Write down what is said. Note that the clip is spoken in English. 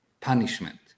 punishment